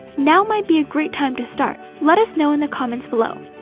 now might be a great time to start! let us know in the comments below!